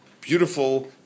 beautiful